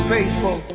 Faithful